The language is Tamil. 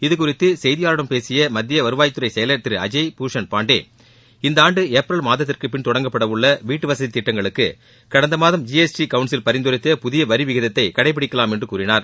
இதுகுறித்து செய்தியாளர்களிடம் பேசிய மத்திய வருவாய்த்துறை செயலர் திரு அஜய் பூஷன் பாண்டே இந்த ஆண்டு ஏப்ரல் மாதத்திற்கு பின்பு தொடங்கப்பட உள்ள வீட்டுவசதி திட்டங்களுக்கு கடந்த மாதம் இர எஸ் டி கவுன்சில் பரிந்துரைத்த புதிய வரி விகிதத்தை கடை பிடிக்கலாம் என்று கூறினார்